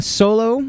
solo